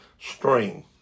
string